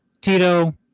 Tito